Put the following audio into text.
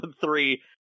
three